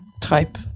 type